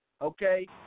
okay